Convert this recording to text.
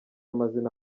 amazina